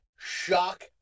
Shock